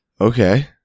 Okay